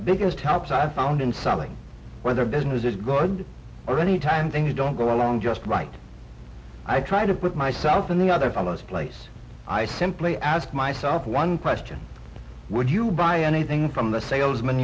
biggest helps i've found in selling whether business is god or any time things don't go along just right i try to put myself in the other fellow's place i simply ask myself one question would you buy anything from the salesman